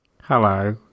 Hello